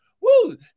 Woo